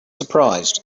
surprised